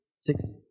six